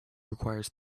requires